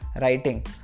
writing